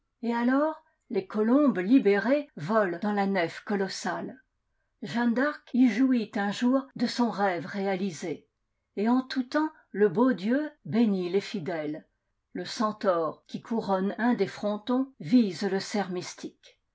et alors les colombes libérées volent dans la nef colossale jeanne d'arc y jouit un jour de son rêve réalisé et en tout temps le beau dieu bénit les fidèles le centaure qui couronne un des frontons vise le